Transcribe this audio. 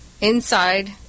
inside